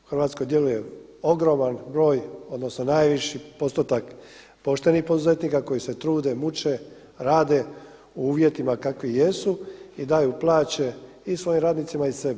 U Hrvatskoj djeluje ogroman broj odnosno najviši postotak poštenih poduzetnika koji se trude, muče, rade, u uvjetima kakvi jesu i daju plaće i svojim radnicima i sebi.